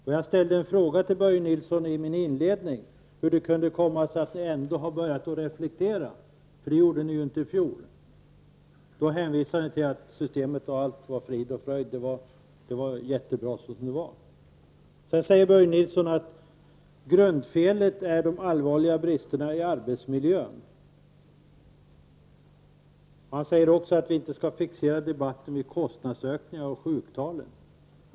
I min inledning frågade jag Börje Nilsson hur det kan komma sig att ni ändå börjat reflektera, för det gjorde ni ju inte i fjol. Då hänvisade ni till att allt var frid och fröjd; systemet var jättebra som det var. Sedan sade Börje Nilsson att grundfelet är de allvarliga bristerna i arbetsmiljön. Han sade också att vi inte skulle fixera debatten vid kostnadsökningarna och sjuktalen.